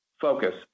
focus